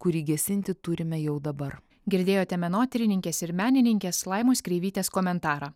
kurį gesinti turime jau dabar girdėjote menotyrininkės ir menininkės laimos kreivytės komentarą